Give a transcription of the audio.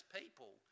people